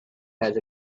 has